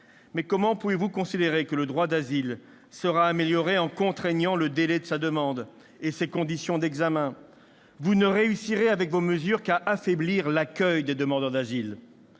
loi ? Comment pouvez-vous considérer que le droit d'asile sera amélioré en contraignant le délai de la demande et les conditions d'examen de cette dernière ? Vous ne réussirez avec vos mesures qu'à affaiblir l'accueil des demandeurs d'asile.